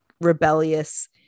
rebellious